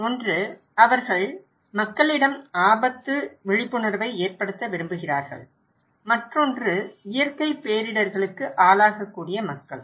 ஒன்று அவர்கள் மக்களிடம் ஆபத்து விழிப்புணர்வை ஏற்படுத்த விரும்புகிறார்கள் மற்றொன்று இயற்கை பேரிடர்களுக்கு ஆளாகக்கூடிய மக்கள்